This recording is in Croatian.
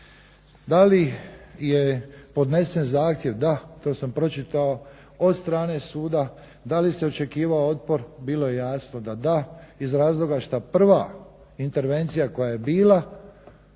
Da li je podnesen zahtjev? Da, to sam pročitao, od strane suda. Da li se očekivao otpor? Bilo je jasno da da iz razloga što prva intervencija koja je bila